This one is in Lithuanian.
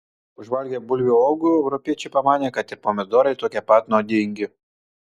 užvalgę bulvių uogų europiečiai pamanė kad ir pomidorai tokie pat nuodingi